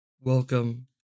welcome